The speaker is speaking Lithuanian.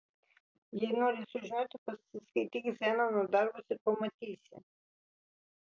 jei nori sužinoti pasiskaityk zenono darbus ir pamatysi